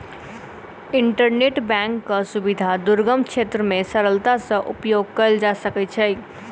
internet बैंकक सुविधा दुर्गम क्षेत्र मे सरलता सॅ उपयोग कयल जा सकै छै